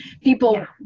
People